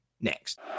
next